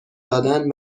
دادن